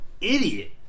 idiot